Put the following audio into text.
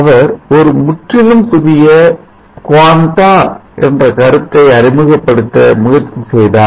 அவர் ஒரு முற்றிலும் புதிய quanta என்ற கருத்தை அறிமுகப்படுத்த முயற்சி செய்தார்